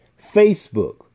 Facebook